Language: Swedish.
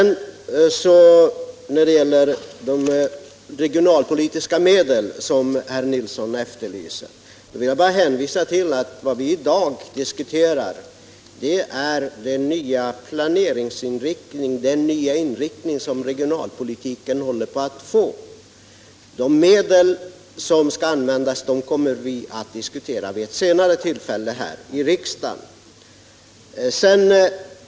När det gäller de regionalpolitiska medel som herr Nilsson efterlyser vill jag bara hänvisa till att vad vi i dag diskuterar är den nya inriktning som regionalpolitiken håller på att få. De medel som skall användas kommer vi att diskutera vid ett senare tillfälle i riksdagen.